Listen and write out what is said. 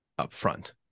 upfront